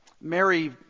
Mary